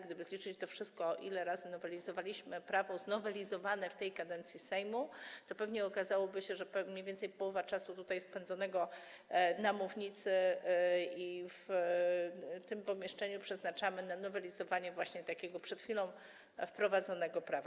Gdyby zliczyć to, ile razy nowelizowaliśmy prawo znowelizowane w tej kadencji Sejmu, to pewnie okazałoby się, że mniej więcej połowę czasu tutaj spędzonego na mównicy i w tym pomieszczeniu przeznaczamy na nowelizowanie właśnie takiego przed chwilą wprowadzonego prawa.